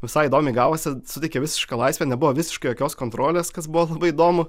visai įdomiai gavosi suteikė visišką laisvę nebuvo visiškai jokios kontrolės kas buvo labai įdomu